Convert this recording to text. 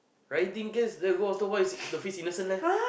riding guest there go hostel where is it the face innocent leh